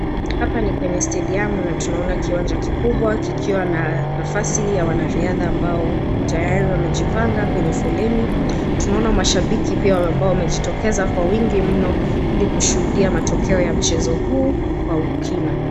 hapa ni kwenye stadium na tunaona kiwanja kikubwa kikiwa na nafasi ya wanariadha ambao tayari wamejipanga kwenye foleni. Tunaona mashabiki pia ambao wamejitokeza kwa wingi mno ili kushuhudia matokeo ya mchezo huu kwa ukina.